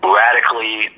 radically